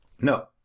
No